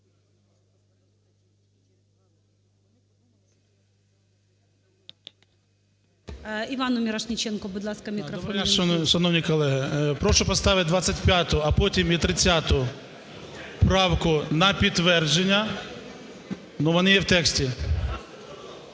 Добрий день, шановні колеги! Прошу поставити 25-у, а потім і 30 правку на підтвердження, вони є в тексті.